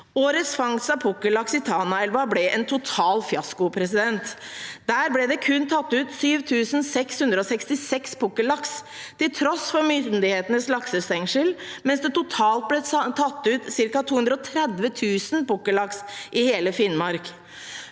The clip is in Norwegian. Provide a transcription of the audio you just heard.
Årets fangst av pukkellaks i Tanaelva ble en total fiasko. Det ble det kun tatt ut 7 666 pukkellaks – til tross for myndighetenes laksestengsel – mens det totalt ble tatt ut ca. 230 000 pukkellaks i hele Finnmark.